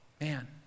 Man